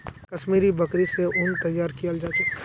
कश्मीरी बकरि स उन तैयार कियाल जा छेक